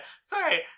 Sorry